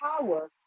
power